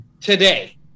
Today